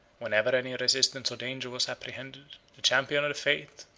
whenever any resistance or danger was apprehended, the champion of the faith,